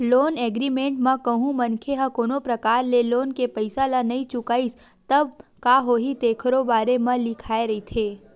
loan agreement म कहूँ मनखे ह कोनो परकार ले लोन के पइसा ल नइ चुकाइस तब का होही तेखरो बारे म लिखाए रहिथे